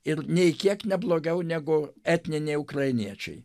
ir nei kiek ne blogiau negu etniniai ukrainiečiai